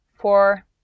four